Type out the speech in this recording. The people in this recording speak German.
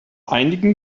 einigen